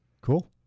Cool